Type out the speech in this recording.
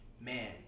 man